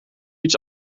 iets